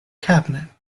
cabinet